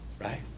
right